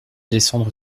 descendre